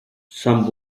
some